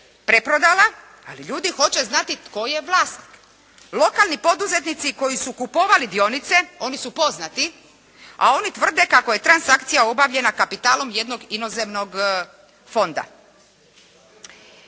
preprodala ali ljudi hoće znati tko je vlasnik. Lokalni poduzetnici koji su kupovali dionice, oni su poznati, a oni tvrde kako je transakcija obavljena kapitalom jednog inozemnog fonda.